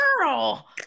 girl